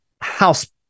house